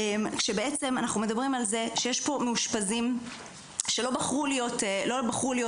אנחנו מדברים על זה שיש פה מאושפזים שלא בחרו להיות פה,